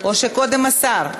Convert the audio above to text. קודם השר.